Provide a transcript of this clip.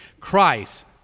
Christ